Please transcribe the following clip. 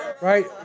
Right